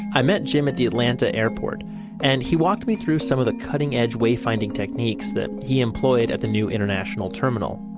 i met jim at the atlanta airport and he walked me through some of the cutting edge wayfinding techniques that he employed at the new international terminal,